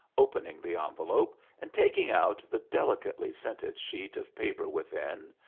opening the envelope and taking out the delicately scented sheet of paper within.